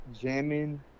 jamming